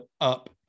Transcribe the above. up